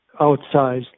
outsized